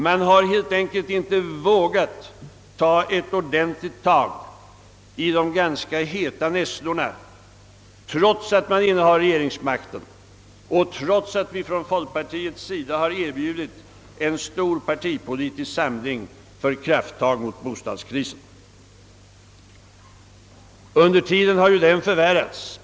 Man har helt enkelt inte vågat ta ett ordentligt tag i de ganska heta nässlorna, trots att man innehar regeringsmakten och trots att vi från folkpartiets sida erbjudit en stor partipolitisk samling för krafttag mot bostadskrisen. Under tiden har denna förvärrats.